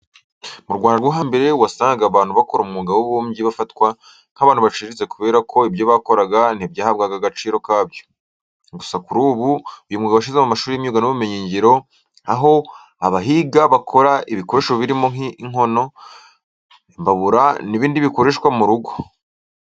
Mu Rwanda rwo hambere wasangaga abantu bakora umwuga w'ububumbyi bafatwa nk'abantu baciriritse kubera ko ibyo bakoraga ntibyahabwaga agaciro kabyo. Gusa kuri ubu, uyu mwuga washyizwe mu mashuri y'imyuga n'ubumenyingiro, aho abahiga bakora ibikoresho birimo inkono, imbabura n'ibindi bikoreshwa mu rugo.